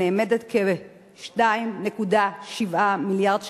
הנאמדת ב-2.7 מיליארד שקלים,